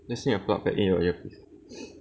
just need to plug back in your earpiece